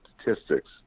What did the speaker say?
statistics